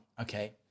okay